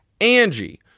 Angie